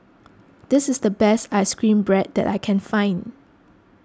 this is the best Ice Cream Bread that I can find